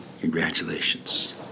congratulations